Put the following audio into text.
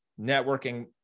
networking